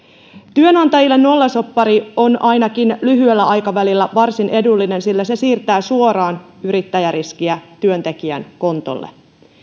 työnantajille nollasoppari on ainakin lyhyellä aikavälillä varsin edullinen sillä se siirtää suoraan yrittäjäriskiä työntekijän kontolle